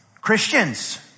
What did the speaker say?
Christians